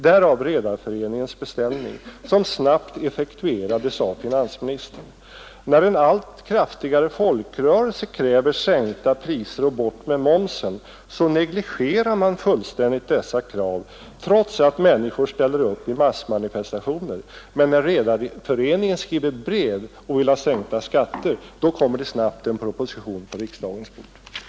Därav Redareföreningens beställning, som snabbt effektuerades av finansministern. När en allt kraftigare folkrörelse kräver sänkta priser och bort med momsen, så negligerar man fullständigt dessa krav, trots att människor ställer upp i massmanifestationer. Men när Redareföreningen skriver brev och vill ha sänkta skatter, då kommer det snabbt en proposition på riksdagens bord.